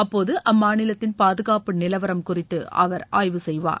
அப்போது அம்மாநிலத்தின் பாதுகாப்பு நிலவரம் குறித்து அவர் ஆய்வு செய்வார்